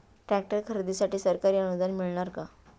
Tractor खरेदीसाठी सरकारी अनुदान मिळणार का?